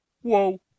Whoa